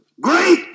Great